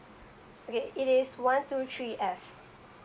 okay it is one two three F